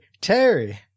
Terry